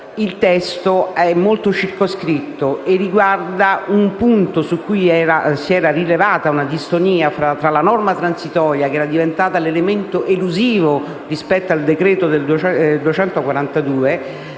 il testo è molto circoscritto e riguarda un punto su cui si era rilevata una distonia nella norma transitoria, che era diventata l'elemento elusivo rispetto al decreto